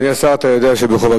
תודה רבה.